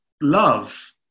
love